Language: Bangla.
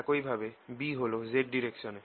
একই ভাবে B হল z ডাইরেকশনে